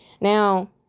Now